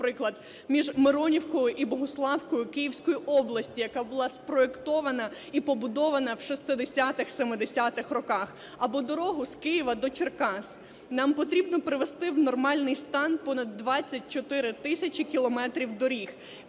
наприклад, між Миронівкою і Богуславкою Київської області, яка була спроектована і побудована в 60-70-х роках. Або дорогу з Києва до Черкас. Нам потрібно привести в нормальний стан понад 24 тисячі кілометрів доріг.